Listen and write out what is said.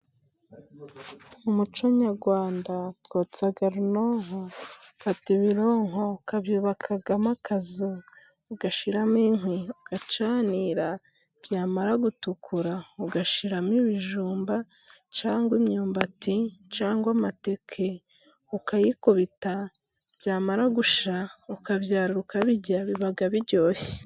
Umuco nyarwanda kotsa runonko, ufata ibinonko ukabyubakamo akazu, ugashiramo inkwi, ugacanira, byamara gutukura ugashiramo ibijumba cyangwa imyumbati cyangwa amateke, ukayikubita byamara gushya, ukabyarura ukabirya, biba biryoshye.